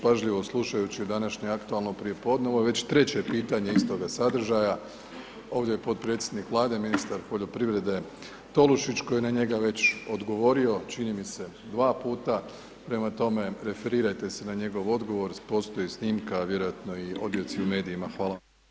Pažljivo slušajući današnje aktualno prijepodne, ovo je već treće pitanje istoga sadržaja, ovdje je potpredsjednik Vlade, ministar poljoprivrede Tolušić koji je na njega već odgovorio, čini mi se dva puta, prema tome, referirajte se na njegov odgovor, postoji snimka, vjerojatno i odjeci u medijima, hvala.